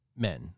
men